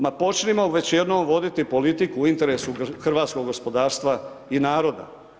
Ma počnimo već jednom voditi politiku u interesu hrvatskog gospodarstva i naroda.